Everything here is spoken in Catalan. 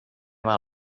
mal